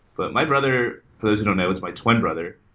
but my brother, for those who don't know, it's my twin brother.